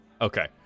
Okay